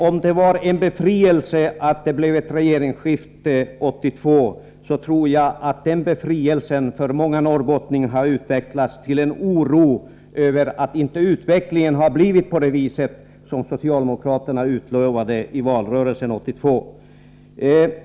Om man kände det som en befrielse att det blev ett regeringsskifte 1982, tror jag att den ”befrielsen” för många norrbottningar har övergått till en oro över att utvecklingen inte har blivit så som socialdemokraterna utlovade i valrörelsen 1982.